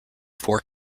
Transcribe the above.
four